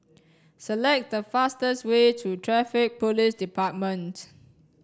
select the fastest way to Traffic police department